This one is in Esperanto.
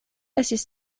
estis